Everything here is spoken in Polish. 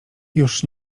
już